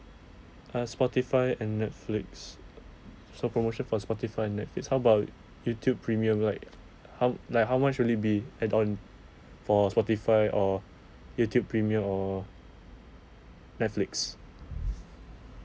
uh spotify and netflix so promotion for spotify netflix how about youtube premium like how like how much will it be add on for spotify or youtube premier or netflix